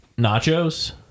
nachos